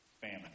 famine